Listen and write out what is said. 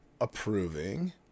approving